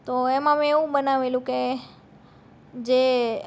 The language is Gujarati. તો એમાં મેં એવું બનાવેલું કે જે